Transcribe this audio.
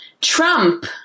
Trump